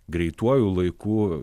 greituoju laiku